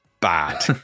bad